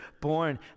born